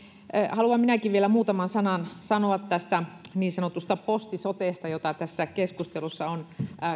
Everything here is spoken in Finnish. haluan minäkin vielä muutaman sanan sanoa tästä niin sanotusta posti sotesta jota tässä keskustelussa on